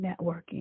networking